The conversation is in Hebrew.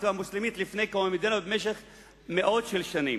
והמוסלמית לפני קום המדינה במשך מאות שנים.